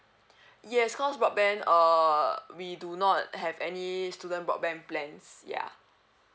yes cause broadband uh we do not have any student broadband plans ya